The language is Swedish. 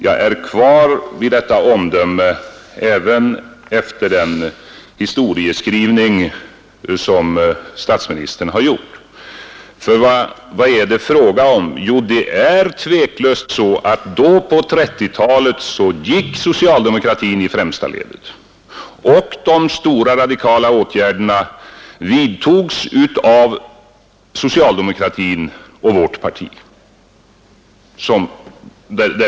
Jag står kvar vid detta omdöme även efter den historieskrivning som statsministern har gjort. För vad är det fråga om? Jo, det är tveklöst så att på 1930-talet gick socialdemokratin i främsta ledet. De stora, radikala åtgärderna vidtogs av socialdemokratin och vårt parti.